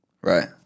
Right